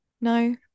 No